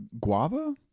guava